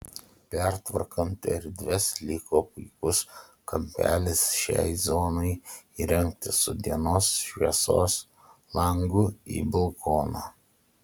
pertvarkant erdves liko puikus kampelis šiai zonai įrengti su dienos šviesos langu į balkoną